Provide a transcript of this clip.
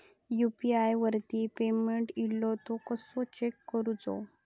UPI वरती payment इलो तो कसो चेक करुचो?